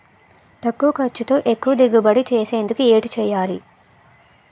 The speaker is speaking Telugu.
తక్కువ ఖర్చుతో ఎక్కువ దిగుబడి సాధించేందుకు ఏంటి చేయాలి?